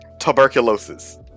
Tuberculosis